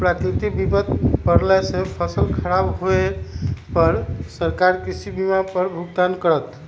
प्राकृतिक विपत परला से फसल खराब होय पर सरकार कृषि बीमा पर भुगतान करत